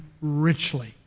richly